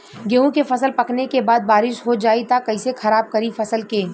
गेहूँ के फसल पकने के बाद बारिश हो जाई त कइसे खराब करी फसल के?